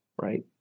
right